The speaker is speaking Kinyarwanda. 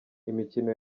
imikino